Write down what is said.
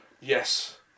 Yes